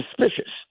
suspicious